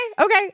okay